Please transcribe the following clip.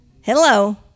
Hello